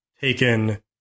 taken